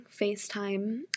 FaceTime